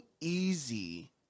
easy